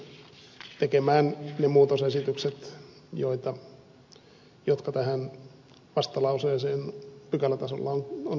tulen asian yksityiskohtaisessa käsittelyssä tekemään ne muutosesitykset jotka tähän vastalauseeseen pykälätasolla on kirjattu